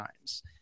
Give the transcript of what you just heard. times